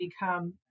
become